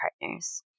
partners